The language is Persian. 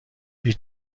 هیچ